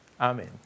Amen